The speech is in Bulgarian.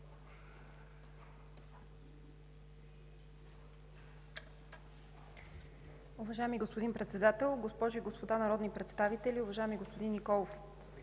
Уважаеми господин Председател, госпожи и господа народни представители! Уважаеми господин Николов,